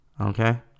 okay